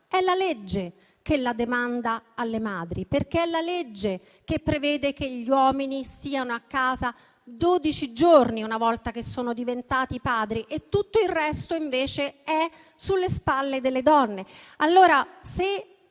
è la legge che la demanda alle madri, perché è la legge a prevedere che gli uomini siano a casa dodici giorni una volta che sono diventati padri e tutto il resto, invece, è sulle spalle delle donne.